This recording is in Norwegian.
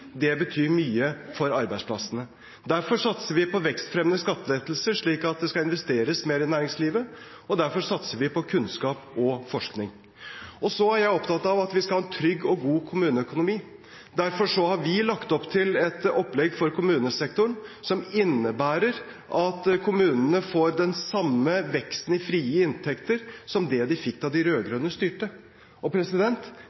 det betyr mye for arbeidsplassene. Derfor satser vi på vekstfremmende skattelettelser, slik at det skal investeres mer i næringslivet, og derfor satser vi på kunnskap og forskning. Så er jeg opptatt av at vi skal ha en trygg og god kommuneøkonomi. Derfor har vi lagt opp til et opplegg for kommunesektoren som innebærer at kommunene får den samme veksten i frie inntekter som det de fikk da de rød-grønne styrte.